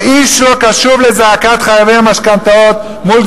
אבל איש אינו קשוב לזעקת חייבי המשכנתאות מול